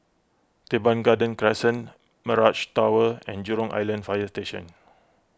Teban Garden Crescent Mirage Tower and Jurong Island Fire Station